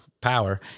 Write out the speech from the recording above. power